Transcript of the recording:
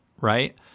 Right